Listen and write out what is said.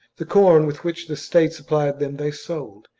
the corn with which the state supplied them they sold,